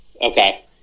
Okay